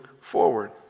forward